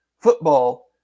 football